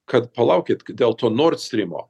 kad palaukit dėl to nordstrimo